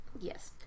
Yes